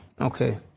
Okay